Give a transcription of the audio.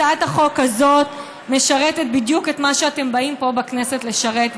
הצעת החוק הזאת משרתת בדיוק את מה שאתם באים פה בכנסת לשרת,